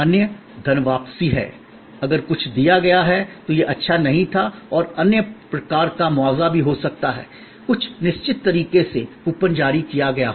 अन्य धनवापसी है अगर कुछ दिया गया है तो यह अच्छा नहीं था और अन्य प्रकार का मुआवजा भी हो सकता है कुछ निश्चित तरीके से कूपन जारी किया गया हो